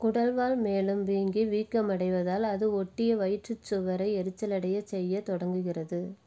குடல்வால் மேலும் வீங்கி வீக்கமடைவதால் அது ஒட்டிய வயிற்றுச் சுவரை எரிச்சலடையச் செய்யத் தொடங்குகிறது